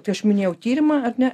tai aš minėjau tyrimą ar ne